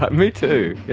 but me too, yeah,